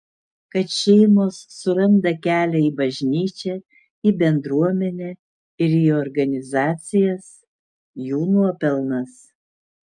kad šeimos suranda kelią į bažnyčią į bendruomenę ir į organizacijas jų nuopelnas